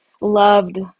loved